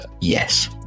Yes